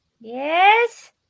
Yes